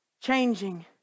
changing